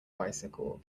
bicycle